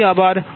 ફરીથી આભાર